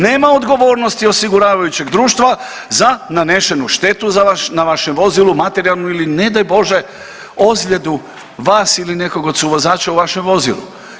Nema odgovornosti osiguravajućeg društva za nanešenu štetu na vašem vozilu, materijalnu ili ne daj Bože ozljedu vas ili nekog od suvozača u vašem vozilu.